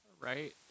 right